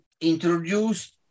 introduced